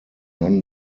non